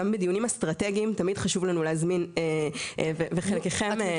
גם בדיונים אסטרטגיים תמיד חשוב לנו להזמין וחלקכם הייתם.